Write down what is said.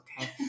Okay